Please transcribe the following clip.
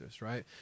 right